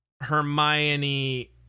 Hermione